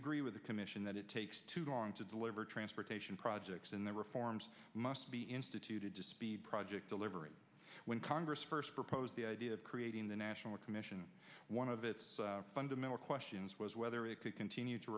agree with the commission that it takes too long to deliver transportation projects in the reforms must be instituted to speed project delivery when congress first proposed the idea of creating the national commission one of its fundamental questions was whether it could continue to